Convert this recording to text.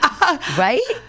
right